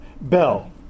Bell